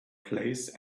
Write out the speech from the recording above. place